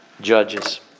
judges